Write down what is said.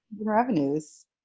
revenues